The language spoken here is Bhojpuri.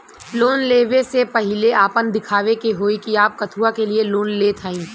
लोन ले वे से पहिले आपन दिखावे के होई कि आप कथुआ के लिए लोन लेत हईन?